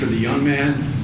for the young man